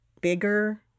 bigger